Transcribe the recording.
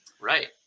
Right